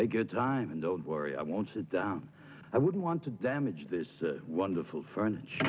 a good time and don't worry i won't sit down i wouldn't want to damage this wonderful furniture